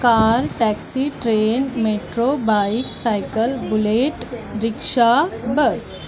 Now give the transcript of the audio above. car taxi train metro bike cycle bullet rickshaw bus